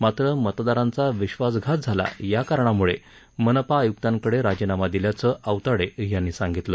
मात्र मतदारांचा विश्वासघात झाला या कारणामुळे मनपा आयुक्तांकडे राजीनामा दिल्याचं औाताडे यांनी सांगितलं